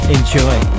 Enjoy